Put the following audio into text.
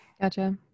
Gotcha